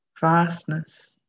vastness